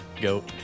Go